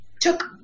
took